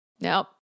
Nope